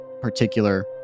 particular